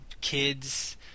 kids